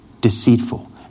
deceitful